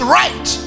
right